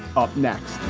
up next